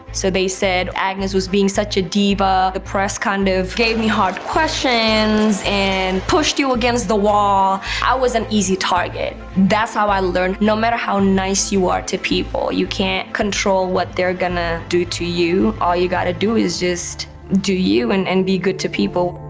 so they said, agnez was being such a diva. the press kind of gave me hard questions, and pushed you against the wall. i was an easy target. that's how i learned. no matter how nice you are to people, you can't control what they're going to do to you. all you got to do is just do you and and be good to people.